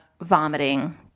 Vomiting